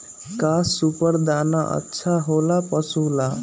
का सुपर दाना अच्छा हो ला पशु ला?